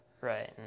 Right